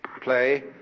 play